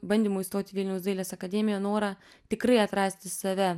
bandymų įstot į vilniaus dailės akademiją norą tikrai atrasti save